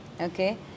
Okay